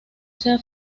sea